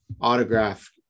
autograph